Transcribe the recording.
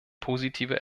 positive